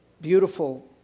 beautiful